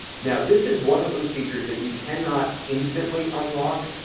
now, this is one of those features that you cannot instantly unlock.